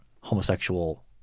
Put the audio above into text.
homosexual